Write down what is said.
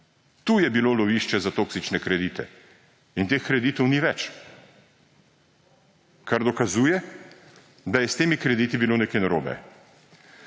Tu je bilo lovišče za toksične kredite in teh kreditov ni več, kar dokazuje, da je s temi krediti bilo nekaj narobe.